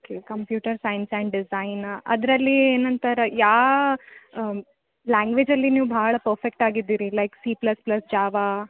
okay computer science and design ಅದ್ರಲ್ಲಿ ಏನಂತಾರೆ ಯಾವ ಲಾಂಗ್ವೇಜಲ್ಲಿ ನೀವು ಭಾಳ ಪಫೆಕ್ಟಾಗಿ ಇದ್ದೀರಿ like C plus plus Java